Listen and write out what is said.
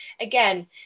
again